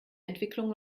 entwicklung